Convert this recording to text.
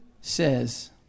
says